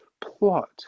plot